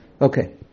Okay